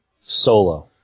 solo